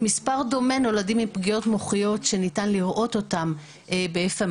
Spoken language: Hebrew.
מספר דומה נולדים עם פגיעות מוחיות שניתן לראות אותן בצילומים